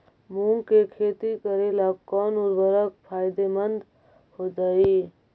मुंग के खेती करेला कौन उर्वरक फायदेमंद होतइ?